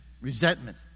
resentment